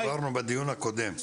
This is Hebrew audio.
על זה בדיוק דיברנו בדיון הקודם,